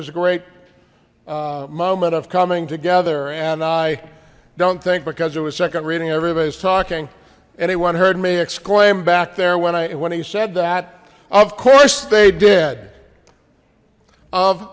was a great moment of coming together and i don't think because it was second reading everybody's talking anyone heard me exclaim back there when i when he said that of course they did of